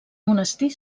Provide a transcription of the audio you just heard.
monestir